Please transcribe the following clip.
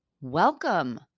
Welcome